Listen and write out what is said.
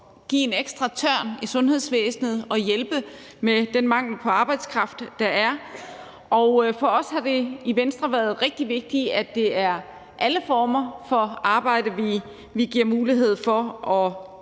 tage en ekstra tørn i sundhedsvæsenet og hjælpe i forhold til den mangel på arbejdskraft, der er. For os i Venstre har det været rigtig vigtigt, at man ved alle former for arbejde får mulighed for at